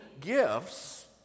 gifts